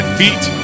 feet